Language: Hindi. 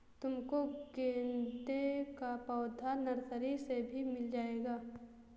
तुमको गेंदे का पौधा नर्सरी से भी मिल जाएगा